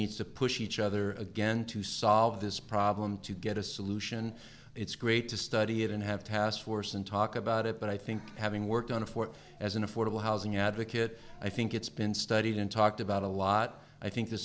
needs to push each other again to solve this problem to get a solution it's great to study it and have task force and talk about it but i think having worked on a four as an affordable housing advocate i think it's been studied and talked about a lot i think the